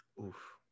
oof